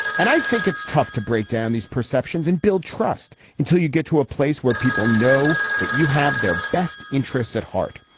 and i think it's tough to break down these perceptions and build trust until you get to a place where people know that you have their best interests at heart.